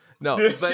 no